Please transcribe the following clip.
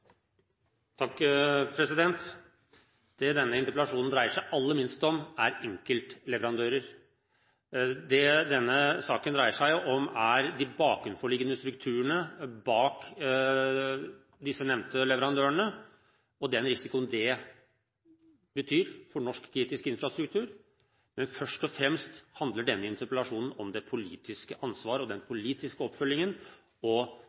enkeltleverandører. Det denne saken dreier seg om, er de bakenforliggende strukturene bak disse nevnte leverandørene og den risikoen det innebærer for norsk kritisk infrastruktur. Men først og fremst handler denne interpellasjonen om det politiske ansvaret og den